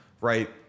right